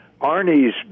Arnie's